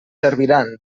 serviran